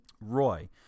Roy